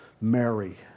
Mary